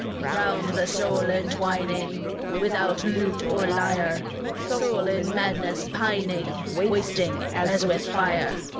round the soul entwining without lute or lyre soul in madness pining, wasting as with fire!